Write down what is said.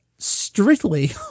strictly